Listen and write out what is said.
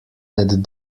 that